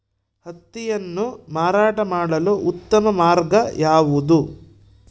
ಹತ್ತಿಯನ್ನು ಮಾರಾಟ ಮಾಡಲು ಉತ್ತಮ ಮಾರ್ಗ ಯಾವುದು?